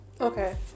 Okay